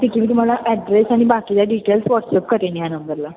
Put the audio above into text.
ठीक आहे मी तुम्हाला ॲड्रेस आणि बाकीच्या डिटेल्स वॉट्सअप करते या नंबरला